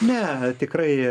ne tikrai